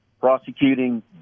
prosecuting